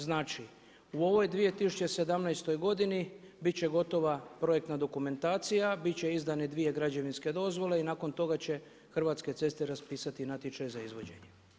Znači u ovoj 2017. godini bit će gotova projektna dokumentacija, bit će izdane dvije građevinske dozvole i nakon toga će Hrvatske ceste raspisati natječaj za izvođenje.